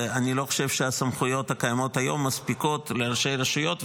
ואני לא חושב שהסמכויות הקיימות היום מספיקות לראשי הרשויות,